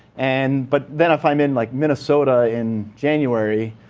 and but then if i'm in like minnesota in january,